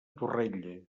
torrella